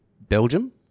Belgium